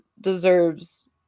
deserves